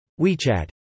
WeChat